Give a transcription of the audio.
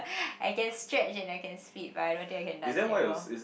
I can stretch and I can split but I don't think I can dance anymore